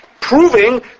proving